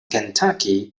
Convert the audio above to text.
kentucky